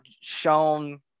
shown